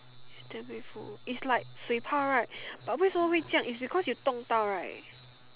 it's damn painful it's like 水泡 right but 为什么会这样 it's because you 动到 right